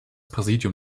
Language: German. präsidium